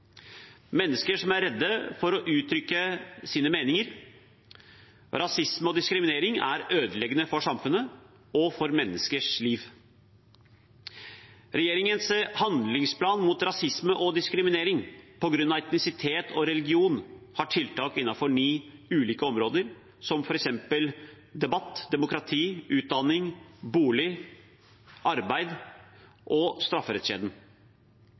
mennesker som er redde for å uttrykke sine meninger. Rasisme og diskriminering er ødeleggende for samfunnet og for menneskers liv. Regjeringens handlingsplan mot rasisme og diskriminering på grunn av etnisitet og religion har tiltak innenfor ni ulike områder, som f.eks. debatt, demokrati, utdanning, bolig, arbeid og strafferettskjeden.